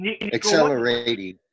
accelerating